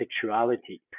sexuality